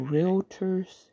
Realtors